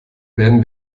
werden